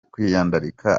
kwiyandarika